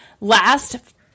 Last